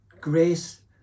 grace